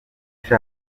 sha